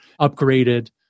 upgraded